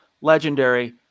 Legendary